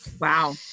Wow